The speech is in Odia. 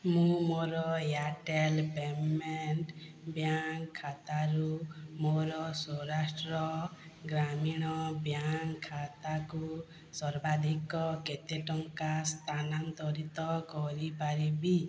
ମୁଁ ମୋର ଏୟାର୍ଟେଲ୍ ପେମେଣ୍ଟ ବ୍ୟାଙ୍କ ଖାତାରୁ ମୋର ସୌରାଷ୍ଟ୍ର ଗ୍ରାମୀଣ ବ୍ୟାଙ୍କ ଖାତାକୁ ସର୍ବାଧିକ କେତେ ଟଙ୍କା ସ୍ଥାନାନ୍ତରିତ କରିପାରିବି